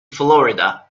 florida